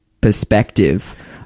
perspective